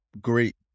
great